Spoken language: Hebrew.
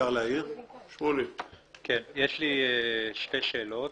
יש לי שתי שאלות